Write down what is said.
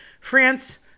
France